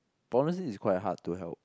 honestly is quite hard to help